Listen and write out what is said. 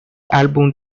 álbum